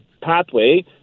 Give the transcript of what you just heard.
pathway